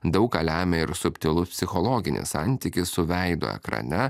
daug ką lemia ir subtilus psichologinis santykis su veido ekrane